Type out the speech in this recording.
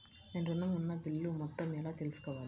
నేను ఋణం ఉన్న బిల్లు మొత్తం ఎలా తెలుసుకోవాలి?